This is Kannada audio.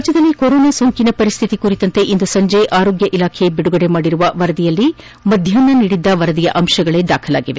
ರಾಜ್ಞದಲ್ಲಿ ಕೊರೊನಾ ಸೋಂಕಿನ ಪರಿಸ್ತಿತಿ ಕುರಿತಂತೆ ಇಂದು ಸಂಜೆ ಆರೋಗ್ನ ಇಲಾಖೆ ಬಿಡುಗಡೆ ಮಾಡಿರುವ ವರದಿಯಲ್ಲಿ ಮಧ್ಯಾಹ್ನ ನೀಡಿದ್ದ ವರದಿಯ ಅಂಶಗಳೇ ದಾಖಲಾಗಿವೆ